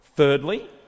Thirdly